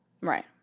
right